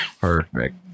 Perfect